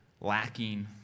lacking